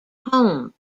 home